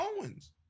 Owens